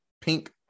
pink